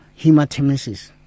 hematemesis